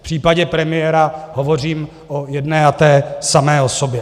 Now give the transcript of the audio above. V případě premiéra hovořím o jedné a té samé osobě.